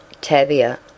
Tavia